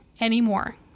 anymore